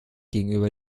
gegenüber